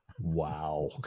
Wow